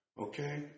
Okay